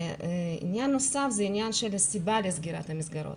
עניין נוסף זה הסיבה לסגירת המסגרות.